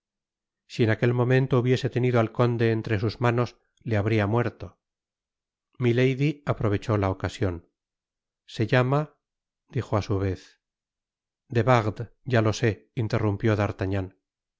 si en aquel momento hubiese tenido al conde entre sus manos le habria muerto milady aprovechó la ocasion se llama dijo á su vez de wardes ya lo sé interrumpió d'artagnan